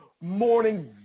morning